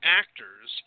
actors